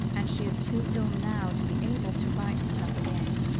and she is too ill now to be able to right herself again.